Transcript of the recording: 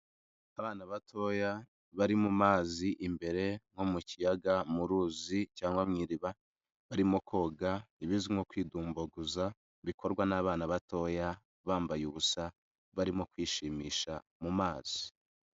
Abana batoya bari mu mazi imbere nko mu kiyaga mu ruzi cyangwa mu iriba, barimo koga ibizwi nko kwidumbaguza bikorwa n'abana batoya, bambaye ubusa barimo kwishimisha mu mazi.